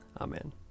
Amen